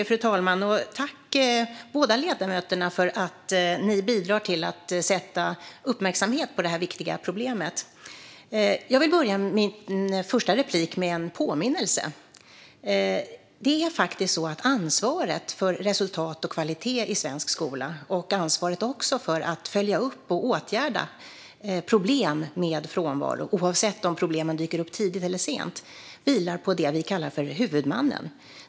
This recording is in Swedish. Fru talman! Tack, båda ledamöterna, för att ni bidrar till att rikta uppmärksamhet mot detta viktiga problem! Jag vill börja mitt första inlägg med en påminnelse. Ansvaret för resultat och kvalitet i svensk skola och för att följa upp och åtgärda problem med frånvaro, oavsett om de dyker upp tidigt eller sent, vilar på det vi kallar för huvudmannen.